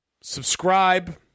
subscribe